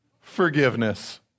forgiveness